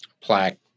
plaque